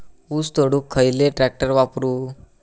ऊस तोडुक खयलो ट्रॅक्टर वापरू?